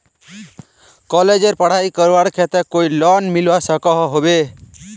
कॉलेजेर पढ़ाई करवार केते कोई लोन मिलवा सकोहो होबे?